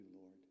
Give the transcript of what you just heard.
Lord